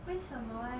为什么 eh